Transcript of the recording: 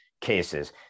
cases